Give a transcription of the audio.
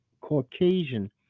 Caucasian